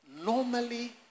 normally